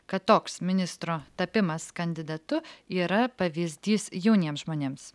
kad toks ministro tapimas kandidatu yra pavyzdys jauniems žmonėms